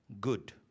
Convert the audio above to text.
Good